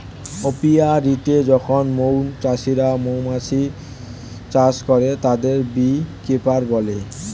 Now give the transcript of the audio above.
অপিয়া রীতে যখন মৌ চাষিরা মৌমাছি চাষ করে, তাদের বী কিপার বলে